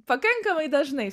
pakankamai dažnai